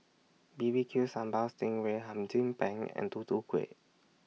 B B Q Sambal Sting Ray Hum Chim Peng and Tutu Kueh